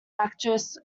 actress